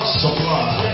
supply